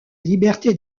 liberté